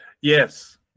Yes